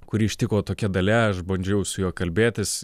kurį ištiko tokia dalia aš bandžiau su juo kalbėtis